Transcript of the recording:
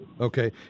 Okay